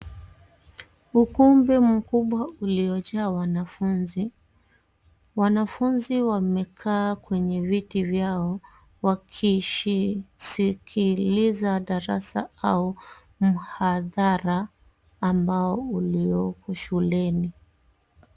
Ukumbi mkubwa uliojaa wanafunzi. Wanafunzi wamekaa kwenye viti vyao wakisikiliza darasa au mhadhara ambao uliopo shuleni.